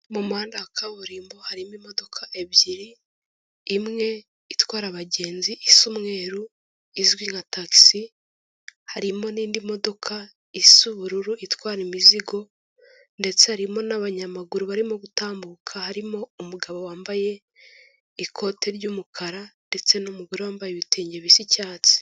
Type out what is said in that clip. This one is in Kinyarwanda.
Mu muhanda wa kaburimbo harimo imodoka ebyiri, imwe itwara abagenzi isa umweru izwi nka takisi, harimo n'indi modoka isa ubururu itwara imizigo ndetse harimo n'abanyamaguru barimo gutambuka, harimo umugabo wambaye ikote ry'umukara ndetse n'umugore wambaye ibitenge bisa icyatsi.